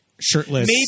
shirtless